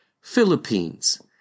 Philippines